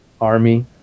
army